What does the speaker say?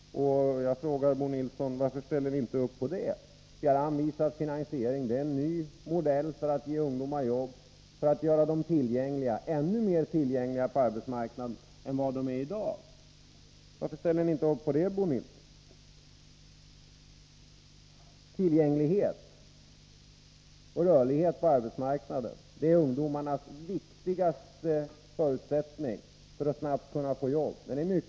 Jag frågar Bo Nilsson: Varför ställer ni inte upp på det? Vi har anvisat finansiering. Det är en ny modell för att ge ungdomar jobb, för att göra dem ännu mer tillgängliga på arbetsmarknaden än vad de är i dag. Varför ställer ni inte upp på det? Tillgänglighet och rörlighet på arbetsmarknaden är de viktigaste förutsättningarna för att ungdomarna snabbt skall kunna få jobb.